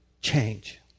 change